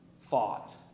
fought